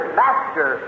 master